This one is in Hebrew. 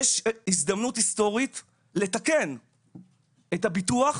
יש הזדמנות היסטורית לתקן את הביטוח